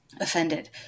offended